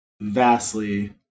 vastly